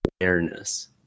awareness